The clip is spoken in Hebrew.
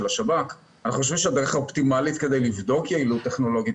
השב"כ אנחנו חושבים שהדרך לבדוק יעילות של טכנולוגיה